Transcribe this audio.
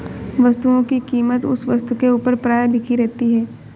वस्तुओं की कीमत उस वस्तु के ऊपर प्रायः लिखी रहती है